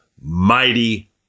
mighty